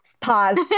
pause